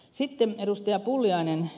sitten ed